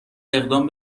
اقدام